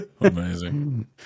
Amazing